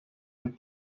hem